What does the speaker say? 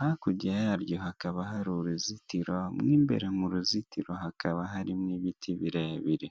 hakurya yaryo hakaba hari uruzitiro mo imbere mu ruzitiro hakaba harimo ibiti birebire.